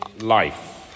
life